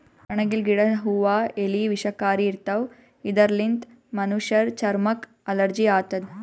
ಕಣಗಿಲ್ ಗಿಡದ್ ಹೂವಾ ಎಲಿ ವಿಷಕಾರಿ ಇರ್ತವ್ ಇದರ್ಲಿನ್ತ್ ಮನಶ್ಶರ್ ಚರಮಕ್ಕ್ ಅಲರ್ಜಿ ಆತದ್